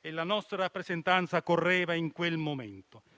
e la nostra rappresentanza correvano in quel momento.